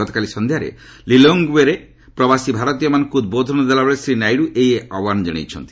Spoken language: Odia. ଗତକାଲି ସନ୍ଧ୍ୟାରେ ଲିଲୋଙ୍ଗ୍ୱେଠାରେ ପ୍ରବାସୀ ଭାରତୀୟମାନଙ୍କୁ ଉଦ୍ବୋଧନ ଦେଲାବେଳେ ଶ୍ରୀ ନାଇଡୁ ଏହି ଆହ୍ୱାନ ଜଣାଇଛନ୍ତି